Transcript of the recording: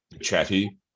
Chatty